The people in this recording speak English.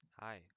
Hi